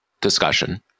discussion